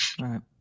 right